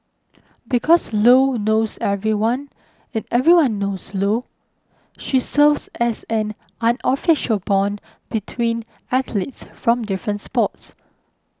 because Lo knows everyone and everyone knows Lo she serves as an unofficial bond between athletes from different sports